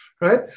right